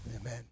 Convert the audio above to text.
Amen